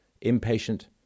impatient